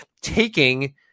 taking